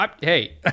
Hey